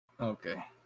Okay